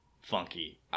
funky